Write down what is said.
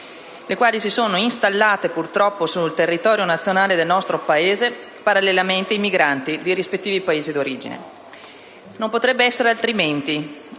le quali si sono installate purtroppo sul territorio nazionale parallelamente ai migranti dei rispettivi Paesi d'origine. Non potrebbe essere altrimenti,